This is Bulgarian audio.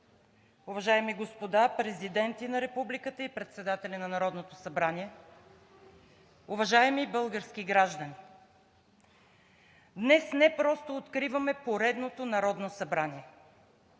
уважаеми господа президенти на Републиката и председатели на Народното събрание, уважаеми български граждани! Днес не просто откриваме поредното Народно събрание.